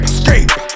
Escape